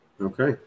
Okay